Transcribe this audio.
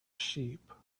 sheep